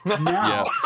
Now